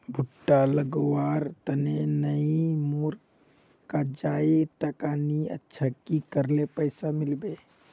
भुट्टा लगवार तने नई मोर काजाए टका नि अच्छा की करले पैसा मिलबे?